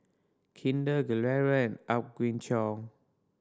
Kinder Gilera and Apgujeong